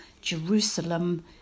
Jerusalem